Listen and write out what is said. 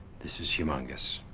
this is humongous,